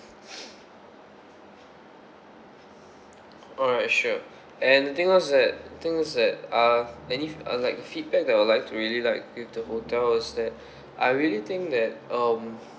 alright sure and the thing was that thing is that uh any f~ uh like the feedback that I'd like to really like you to hotel is that I really think that um